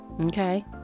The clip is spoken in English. okay